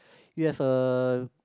we have a